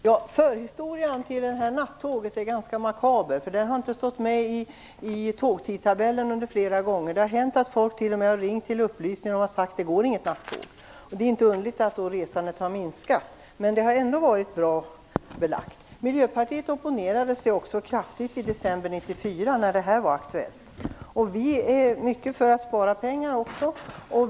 Herr talman! Förhistorien när det gäller detta nattåg är ganska makaber. Flera gånger har det inte funnits med i tågtidtabellen. Det har hänt att folk t.o.m. har ringt till upplysningen och sagt att det inte går något nattåg. Då är det inte underligt att resandet har minskat. Men nattåget har ändå varit bra belagt. Miljöpartiet opponerade sig kraftfullt i december 1994 när detta var aktuellt. Vi är mycket för att spara pengar.